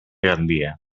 gandia